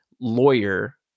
lawyer